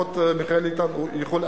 לפחות מיכאל איתן יכול,